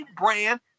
brand